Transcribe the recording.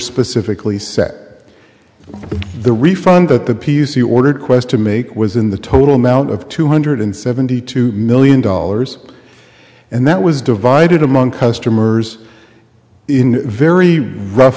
specifically set the refund that the p c ordered quest to make was in the total amount of two hundred seventy two million dollars and that was divided among customers in a very rough